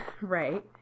Right